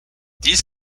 these